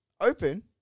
open